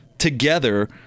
Together